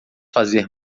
fazer